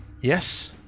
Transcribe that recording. Yes